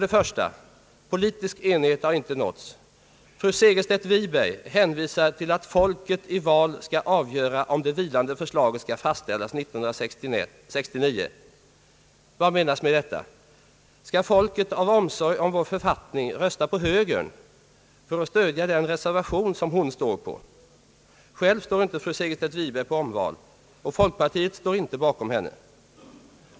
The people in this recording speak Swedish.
1) Politisk enighet har inte nåtts. Fru Segerstedt Wiberg hänvisar till att folket i val skall avgöra om det vilande förslaget skall fastställas 1969. Vad menas med detta? Skall folket av omsorg om vår författning rösta på högern för att stödja den reservation som hon står på? Själv står inte fru Segerstedt Wiberg på omval, och folkpartiet står inte bakom henne.